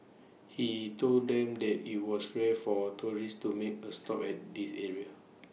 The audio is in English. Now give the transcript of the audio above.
he told them that IT was rare for tourists to make A stop at this area